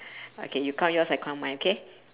okay you count yours I count mine okay